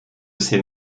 ses